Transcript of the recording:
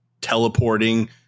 teleporting